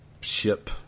ship